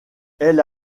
elle